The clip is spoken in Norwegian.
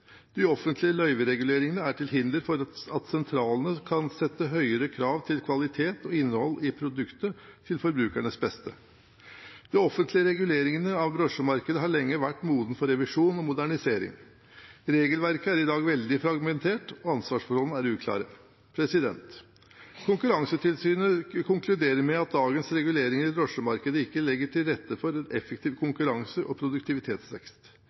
De offentlige løyvereguleringene er til hinder for at sentralene kan sette høyere krav til kvalitet og innhold i produktet, til forbrukernes beste. De offentlige reguleringene av drosjemarkedet har lenge vært modne for revisjon og modernisering. Regelverket er i dag veldig fragmentert, og ansvarsforholdene er uklare. Konkurransetilsynet konkluderer med: «Dagens regulering av drosjemarkedet legger ikke til rette for effektiv konkurranse og produktivitetsvekst.»